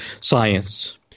science